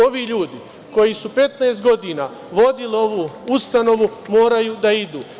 Ovi ljudi koji su 15 godina vodili ovu ustanovu moraju da idu.